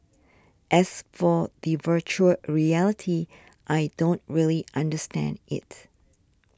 as for the virtual reality I don't really understand it